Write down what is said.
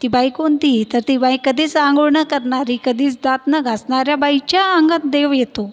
ती बाई कोणती तर ती बाई कधीच अंघोळ न करणारी कधीच दात न घासणाऱ्या बाईच्या अंगात देव येतो